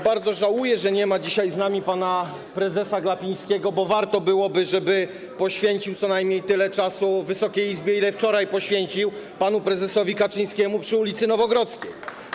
Bardzo żałuję, że nie ma dzisiaj z nami pana prezesa Glapińskiego, bo warto byłoby, żeby poświęcił co najmniej tyle czasu Wysokiej Izbie, ile wczoraj poświęcił panu prezesowi Kaczyńskiemu przy ul. Nowogrodzkiej.